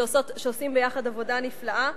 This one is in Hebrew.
שעושים ביחד עבודה נפלאה.